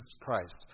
Christ